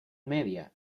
media